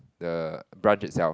the branch itself